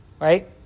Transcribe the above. right